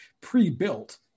pre-built